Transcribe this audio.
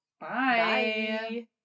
Bye